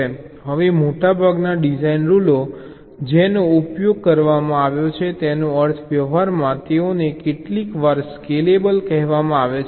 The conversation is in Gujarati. હવે મોટા ભાગના ડિઝાઇન રૂલો જેનો ઉપયોગ કરવામાં આવ્યો છે તેનો અર્થ વ્યવહારમાં તેઓને કેટલીકવાર સ્કેલેબલ કહેવામાં આવે છે